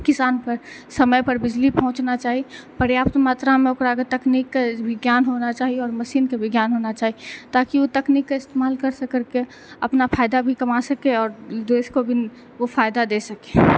किसान पर समय पर बिजली पहुँचना चाही पर्याप्त मात्रा मे ओकरा तकनीकी के भी ज्ञान होना चाही आओर मशीनके भी ज्ञान होना चाही ताकि ओ तकनीकके इस्तेमाल कर सकै अपना फायदा भी कमा सकै आओर देश के भी ओ फायदा दे सकै